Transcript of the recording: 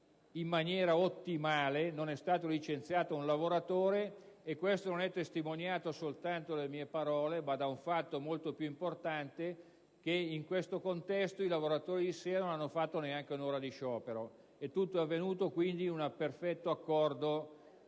in maniera ottimale, non essendo stato licenziato neppure un lavoratore, e ciò non è testimoniato soltanto dalle mie parole, ma dal fatto molto più importante che, in tale contesto, i lavoratori della SEA non hanno fatto neanche un'ora di sciopero, e tutto è avvenuto in perfetto accordo